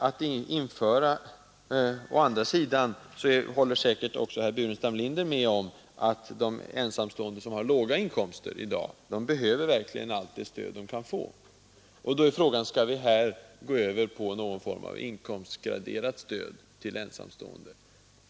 Å andra sidan håller säkert herr Burenstam Linder med om att de Nr 135 ensamstående, som har låga inkomster, i dag verkligen behöver allt det Fredagen den stöd de kan få. Man kan fråga sig om vi borde gå in för någon form av 8 december 1972 inkomstgraderat stöd till ensamstående.